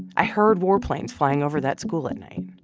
i heard warplanes flying over that school at night.